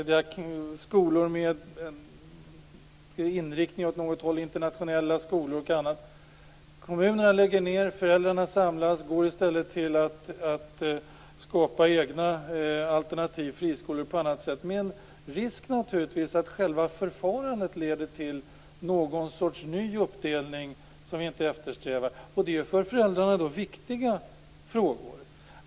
Det är skolor med en inriktning åt något håll, internationella skolor och annat. Kommunerna lägger ned, föräldrarna samlas och skapar i stället egna alternativ, friskolor och på annat sätt. Det finns naturligtvis en risk att själva förfarandet leder till någon sorts ny uppdelning som vi inte eftersträvar. Detta är för föräldrarna viktiga frågor.